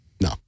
No